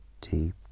deep